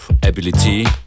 Ability